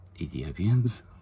Ethiopians